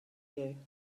you